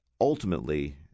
ultimately